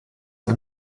ein